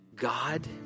God